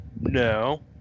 No